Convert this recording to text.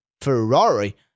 Ferrari